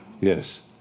Yes